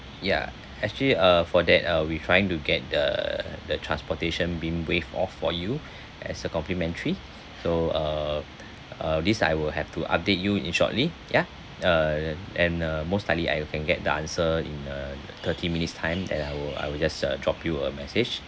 ya actually uh for that uh we trying to get the the transportation being waive off for you as a complimentary so uh uh this I will have to update you in shortly ya uh and uh most likely uh you can get the answer in uh thirty minutes time then I will I will just uh drop you a message